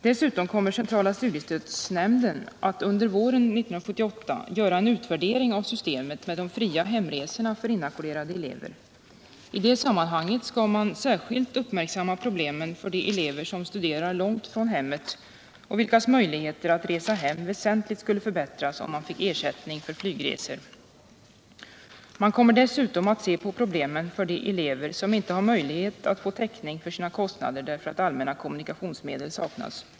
Dessutom kommer centrala studiestödsnämnden att under våren 1978 göra en utvärdering av systemet med de fria hemresorna för inackorderade elever. I detta sammanhang skall man särskilt uppmärksamma problemen för de elever som studerar långt från hemmet och vilkas möjligheter att resa hem väsentligt skulle förbättras om de fick ersättning för flygresor. Man kommer dessutom att se på problemen för de elever som inte har möjlighet att få täckning för sina kostnader därför att allmänna kommunikationsmedel saknas.